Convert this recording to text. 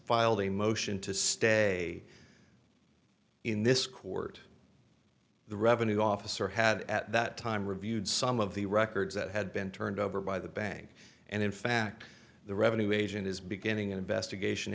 filed a motion to stay in this court the revenue officer had at that time reviewed some of the records that had been turned over by the bank and in fact the revenue agent is beginning an investigation